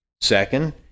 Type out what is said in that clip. Second